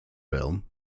film